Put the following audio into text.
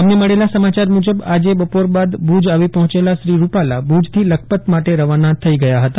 અમને મળેલા સમાચાર મુજબ આજે બપોર બાદ ભુજ આવી પહોચેલા શ્રી રૂપાલા ભુજથી લખપત માટે રવાના થઇ ગયા હતા